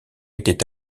était